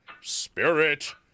Spirit